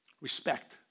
Respect